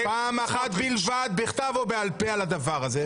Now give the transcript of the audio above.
פעם אחת בלבד, בכתב או בעל פה, על הדבר הזה.